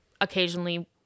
occasionally